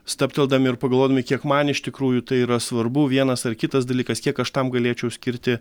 stabteldami ir pagalvodami kiek man iš tikrųjų tai yra svarbu vienas ar kitas dalykas kiek aš tam galėčiau skirti